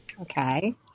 Okay